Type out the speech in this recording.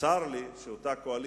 סגן ראש ממשלה, עם שר האוצר,